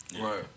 Right